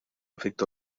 efecto